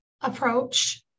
approach